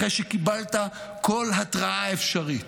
אחרי שקיבלת כל התרעה אפשרית,